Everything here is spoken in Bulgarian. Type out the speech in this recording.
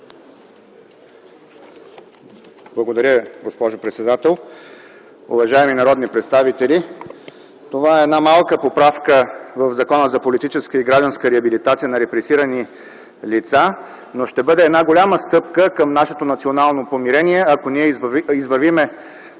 Благодаря Ви, госпожо председател. Уважаеми народни представители, това е една малка поправка в Закона за политическа и гражданска реабилитация на репресирани лица, но ще бъде една голяма стъпка към нашето национално помирение, ако ние извървим